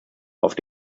auf